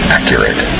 Accurate